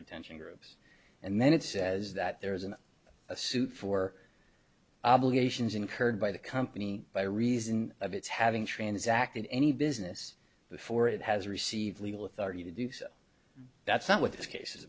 retention groups and then it says that there is an a suit for obligations incurred by the company by reason of its having transacted any business before it has received legal authority to do so that's not what this case